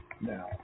now